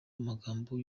amagambo